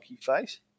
face